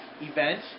event